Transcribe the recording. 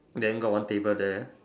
then got one table there